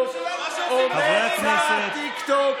חברי הכנסת.